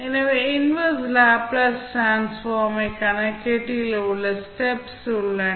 எனவே inverse Laplace transform ஐ கணக்கீட்டில் என்ன ஸ்டெப்ஸ் உள்ளன